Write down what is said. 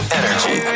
energy